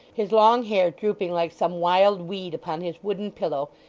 his long hair drooping like some wild weed upon his wooden pillow,